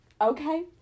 okay